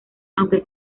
aunque